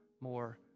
more